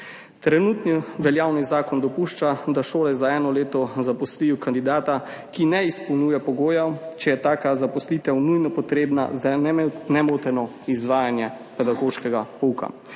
Trenutni veljavni zakon dopušča, da šole za eno leto zaposlijo kandidata, ki ne izpolnjuje pogojev, če je taka zaposlitev nujno potrebna za nemoteno izvajanje pedagoškega pouka.